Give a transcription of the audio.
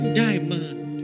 diamond